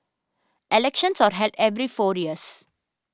elections are held every four years